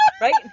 Right